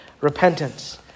repentance